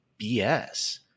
BS